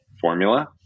formula